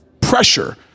pressure